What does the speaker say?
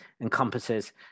encompasses